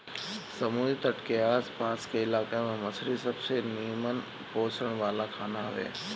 समुंदरी तट के आस पास के इलाका में मछरी सबसे निमन पोषण वाला खाना हवे